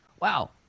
wow